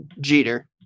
Jeter